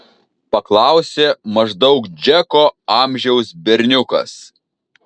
paklausė maždaug džeko amžiaus berniukas